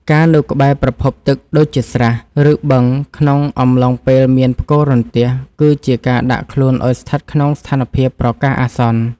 ការនៅក្បែរប្រភពទឹកដូចជាស្រះ ឬបឹងក្នុងអំឡុងពេលមានផ្គររន្ទះគឺជាការដាក់ខ្លួនឱ្យស្ថិតក្នុងស្ថានភាពប្រកាសអាសន្ន។